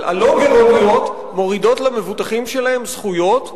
אבל הלא-גירעוניות מורידות למבוטחים שלהן זכויות,